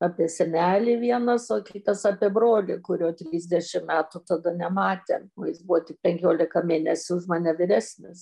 apie senelį vienas o kitas apie brolį kurio trisdešim metų tada nematėm o jis buvo tik penkiolika mėnesių už mane vyresnis